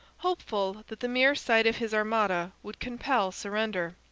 hopeful that the mere sight of his armada would compel surrender,